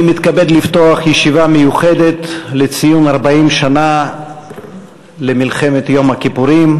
אני מתכבד לפתוח ישיבה מיוחדת לציון 40 שנה למלחמת יום הכיפורים.